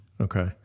Okay